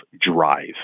drive